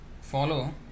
follow